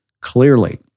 clearly